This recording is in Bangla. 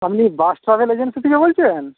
আপনি বাস ট্রাভেল এজেন্সি থেকে বলছেন